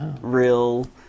real